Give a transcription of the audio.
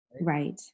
right